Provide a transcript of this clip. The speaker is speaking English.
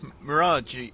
Mirage